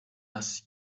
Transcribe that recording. است